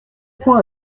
point